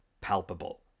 palpable